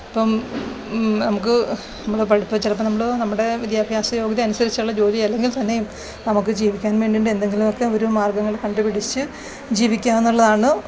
ഇപ്പം നമുക്ക് നമ്മൾ പഠിപ്പ് ചിലപ്പം നമ്മൾ നമ്മുടെ വിദ്യാഭ്യാസ യോഗ്യത അനുസരിച്ചുള്ള ജോലി അല്ലെങ്കിൽ തന്നെയും നമുക്ക് ജീവിക്കാൻ വേണ്ടിയിട്ട് എന്തെങ്കിലുമൊക്കെ ഒരു മാർഗ്ഗങ്ങൾ കണ്ടുപിടിച്ച് ജീവിക്കുക എന്നുള്ളതാണ്